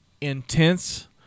intense